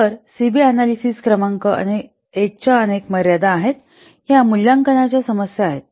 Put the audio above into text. तर C B analysis क्रमांक एकच्या अनेक मर्यादा ह्या मूल्यांकनाच्या समस्या आहेत